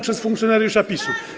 przez funkcjonariusza PiS-u.